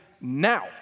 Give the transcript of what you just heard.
now